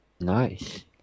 Nice